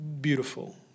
Beautiful